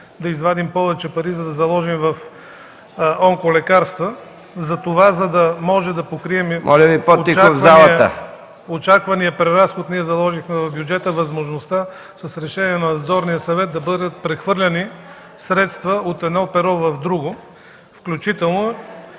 да извадим повече пари, за да заложим в онколекарства. Затова, за да можем да покрием очаквания преразход, ние заложихме в бюджета възможността с решение на Надзорния съвет да бъдат прехвърлени средства от едно перо в друго, включително